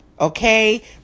okay